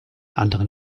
anderen